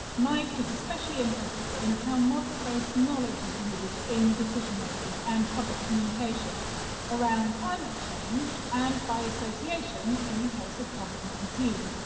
mike is especially interested in how model-based knowledge is used in decision making and public communication around climate change and, by association, in the case of covid nineteen.